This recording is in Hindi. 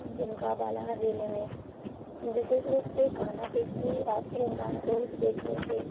जिनका बालाघाट ज़िले में विशेष रूप से कान्हा केसरी राष्ट्र उद्यान को देखने के